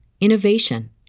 innovation